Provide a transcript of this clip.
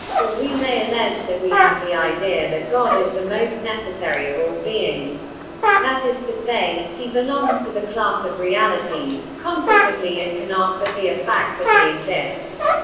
or we may allege that we have the idea that god is the most necessary of all beings that is to say, he belongs to the class of realities consequently it cannot but be a fact that he exists.